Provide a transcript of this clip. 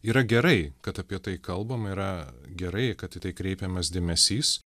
yra gerai kad apie tai kalbama yra gerai kad į tai kreipiamas dėmesys